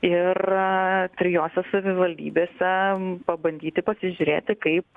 ir trijose savivaldybėse pabandyti pasižiūrėti kaip